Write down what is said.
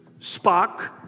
Spock